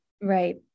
Right